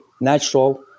natural